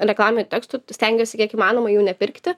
reklaminių tekstų stengiuosi kiek įmanoma jų nepirkti